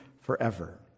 forever